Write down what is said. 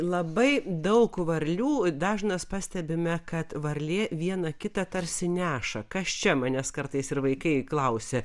labai daug varlių dažnas pastebime kad varlė viena kitą tarsi neša kas čia manęs kartais ir vaikai klausia